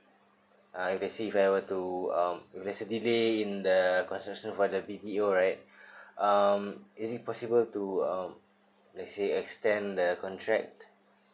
uh let's say if I want to uh there's a delay in the construction for the B_T_O right um is it possible to uh let's say extend the contract